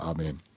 Amen